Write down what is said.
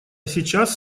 сейчас